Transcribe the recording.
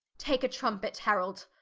take a trumpet herald,